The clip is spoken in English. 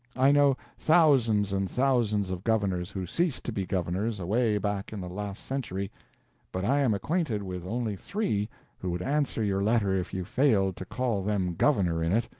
i know thousands and thousands of governors who ceased to be governors away back in the last century but i am acquainted with only three who would answer your letter if you failed to call them governor in it.